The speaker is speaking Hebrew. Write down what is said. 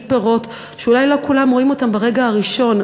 פירות שאולי לא כולם רואים אותם ברגע הראשון,